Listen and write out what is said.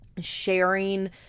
sharing